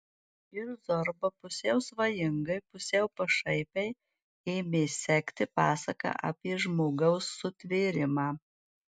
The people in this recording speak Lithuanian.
ir zorba pusiau svajingai pusiau pašaipiai ėmė sekti pasaką apie žmogaus sutvėrimą